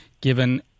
given